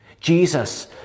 Jesus